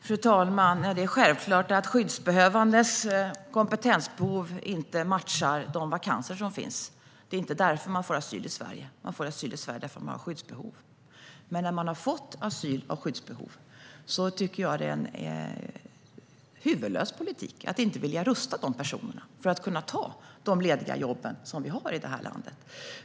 Fru talman! Det är självklart att de skyddsbehövandes kompetens inte matchar de vakanser som finns. Det är inte därför man får asyl i Sverige; man får asyl här för att man har ett skyddsbehov. Men när människor har fått asyl på grund av skyddsbehov är det en huvudlös politik, tycker jag, att inte vilja rusta dessa personer att kunna ta de lediga jobb vi har här i landet.